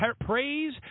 Praise